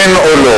כן או לא,